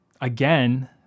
again